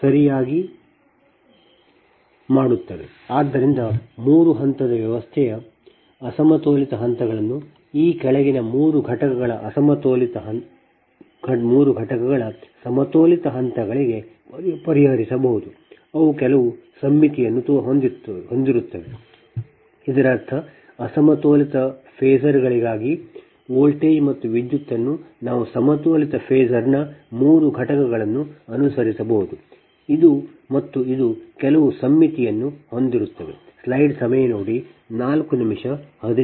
ಆದ್ದರಿಂದ ಮೂರು ಹಂತದ ವ್ಯವಸ್ಥೆಯ ಅಸಮತೋಲಿತ ಹಂತಗಳನ್ನು ಈ ಕೆಳಗಿನ ಮೂರು ಘಟಕಗಳ ಸಮತೋಲಿತ ಹಂತಗಳಿಗೆ ಪರಿಹರಿಸಬಹುದು ಅವು ಕೆಲವು ಸಮ್ಮಿತಿಯನ್ನು ಹೊಂದಿರುತ್ತವೆ ಇದರರ್ಥ ಅಸಮತೋಲಿತ ಫೇಸರ್ಗಳಿಗಾಗಿ ವೋಲ್ಟೇಜ್ ಅಥವಾ ವಿದ್ಯುತ್ಅನ್ನು ನಾವು ಸಮತೋಲಿತ ಫೇಸರ್ನ ಮೂರು ಘಟಕಗಳನ್ನು ಅನುಸರಿಸಬಹುದು ಮತ್ತು ಇದು ಕೆಲವು ಸಮ್ಮಿತಿಯನ್ನು ಹೊಂದಿರುತ್ತದೆ